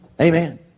Amen